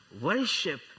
Worship